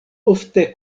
ofte